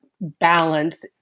balance